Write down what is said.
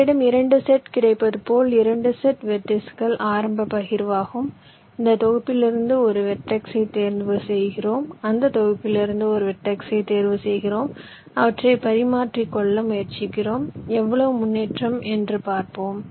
உங்களிடம் 2 செட் கிடைப்பது போல 2 செட் வெர்டிஸ்கள் ஆரம்ப பகிர்வாகும் இந்த தொகுப்பிலிருந்து ஒரு வெர்டெக்ஸைத் தேர்வுசெய்கிறோம் அந்த தொகுப்பிலிருந்து ஒரு வெர்டெக்ஸைத் தேர்வுசெய்கிறோம் அவற்றை பரிமாறிக்கொள்ள முயற்சிக்கிறோம் எவ்வளவு முன்னேற்றம் என்று பார்ப்போம்